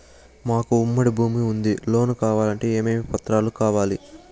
మాకు ఉమ్మడి భూమి ఉంది లోను కావాలంటే ఏమేమి పత్రాలు కావాలి?